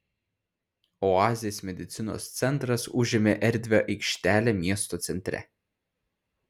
oazės medicinos centras užėmė erdvią aikštelę miesto centre